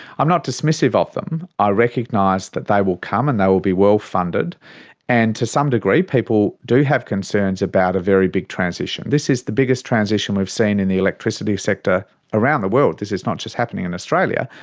i'm not dismissive of them. i recognise that they will come and they will be well funded and to some degree people do have concerns about a very big transition. this is the biggest transition we've seen in the electricity sector around the world, this is not just happening in australia,